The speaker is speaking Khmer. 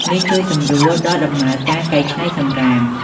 នេះជួយសម្រួលដល់ដំណើរការកែច្នៃសំរាម។